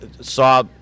saw